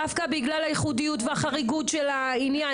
דווקא בגלל הייחודיות והחריגות של העניין.